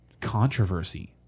controversy